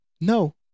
No